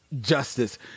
justice